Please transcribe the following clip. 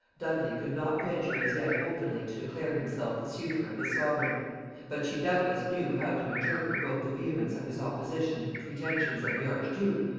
dudley could not venture as yet openly to declare himself the suitor of his sovereign but she doubtless knew how to interpret both the vehemence of his opposition to the pretensions of the archduke,